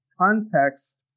context